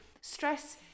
stress